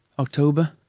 October